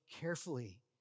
carefully